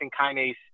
kinase